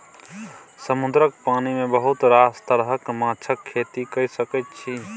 समुद्रक पानि मे बहुत रास तरहक माछक खेती कए सकैत छी